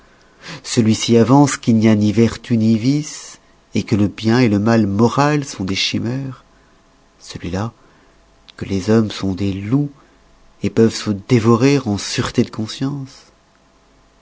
celui-ci avance qu'il n'y a ni vertu ni vices que le bien le mal moral sont des chimères celui-là que les hommes sont des loups peuvent se dévorer en sûreté de conscience